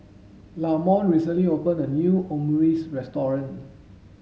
Lamonte recently opened a new Omurice restaurant